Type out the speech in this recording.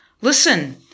Listen